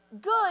Good